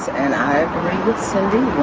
and i agree with cindy,